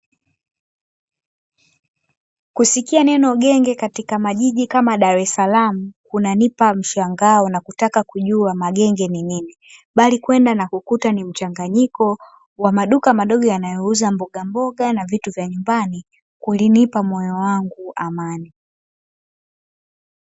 Kusikia neno genge katika majiji kama Dar es salaam, kunanipa mshangao na kutaka kujua magenge ni nini. Bali kwenda na kukuta ni mchanganyiko wa maduka madogo yanayouza mbogamboga na vitu vya nyumbani, kulinipa yoto wangu amani.